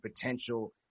potential